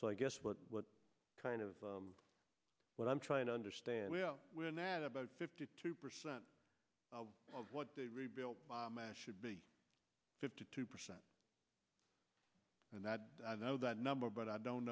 so i guess what what kind of what i'm trying to understand we're not about fifty two percent of what they rebuilt should be fifty two percent and that i know that number but i don't